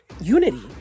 unity